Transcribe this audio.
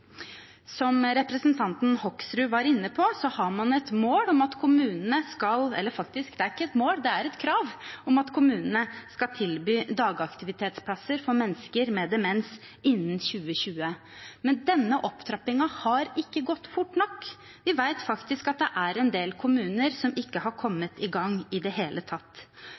Som representanten Hoksrud var inne på, har man et mål – eller det er ikke et mål, det er faktisk et krav – om at kommunene skal tilby dagaktivitetsplasser for mennesker med demens innen 2020. Men denne opptrappingen har ikke gått fort nok. Vi vet at det er en del kommuner som ikke har kommet i gang i det hele tatt.